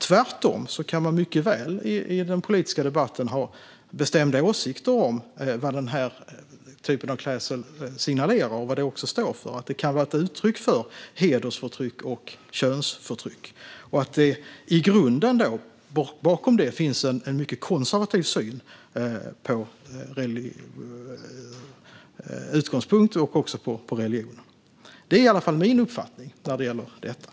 Tvärtom kan man i den politiska debatten mycket väl ha bestämda åsikter om vad den typen av klädsel signalerar och står för, att det kan vara ett uttryck för hedersförtryck och könsförtryck och att det finns en mycket konservativ utgångspunkt och syn på religion bakom. Det är i alla fall min uppfattning när det gäller detta.